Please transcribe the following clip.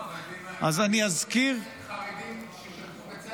אבל זה עם עדיפות לחרדים ששירתו בצה"ל.